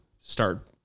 start